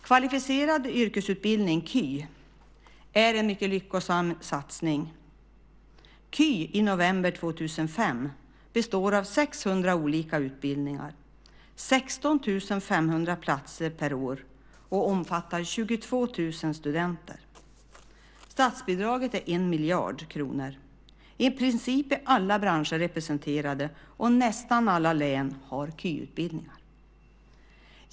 Kvalificerad yrkesutbildning, KY, är en mycket lyckosam satsning. KY består, i november 2005, av 600 olika utbildningar, 16 500 platser per år. Den omfattar 22 000 studenter. Statsbidraget är 1 miljard kronor. I princip är alla branscher representerade, och nästan alla län har kvalificerad yrkesutbildning.